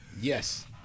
yes